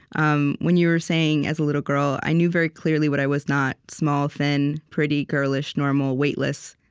um when you were saying, as a little girl, i knew very clearly what i was not small, thin, pretty, girlish, normal, weightless,